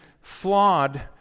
flawed